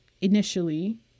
initially